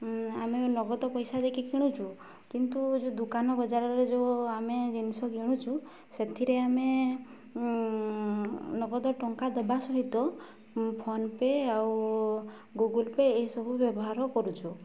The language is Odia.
ଆମେ ନଗଦ ପଇସା ଦେଇକି କିଣୁଛୁ କିନ୍ତୁ ଯେଉଁ ଦୋକାନ ବଜାରରେ ଯେଉଁ ଆମେ ଜିନିଷ କିଣୁଛୁ ସେଥିରେ ଆମେ ନଗଦ ଟଙ୍କା ଦେବା ସହିତ ଫୋନ୍ପେ ଆଉ ଗୁଗୁଲ୍ ପେ ଏହିସବୁ ବ୍ୟବହାର କରୁଛୁ